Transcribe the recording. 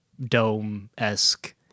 dome-esque